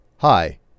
Hi